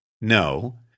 No